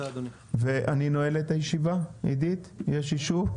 ואני נועל את הישיבה, עידית יש אישור?